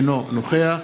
אינו נוכח